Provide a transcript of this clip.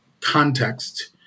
context